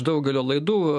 daugelio laidų